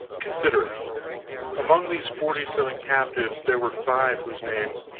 consider it among these forty-seven captives there were five whose names,